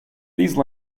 these